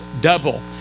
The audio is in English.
double